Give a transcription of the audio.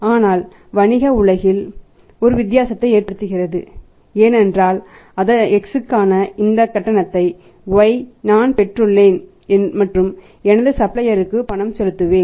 ஆனால் இது வணிக உலகில் ஒரு வித்தியாசத்தை ஏற்படுத்துகிறது ஏனென்றால் Xக்கான இந்த கட்டணத்தை Y நான் பெற்றுள்ளேன் மற்றும் எனது சப்ளையருக்கு பணம் செலுத்துவேன்